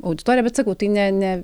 auditorija bet sakau tai ne ne